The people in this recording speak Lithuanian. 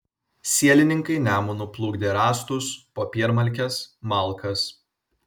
sielininkai nemunu plukdė rąstus popiermalkes malkas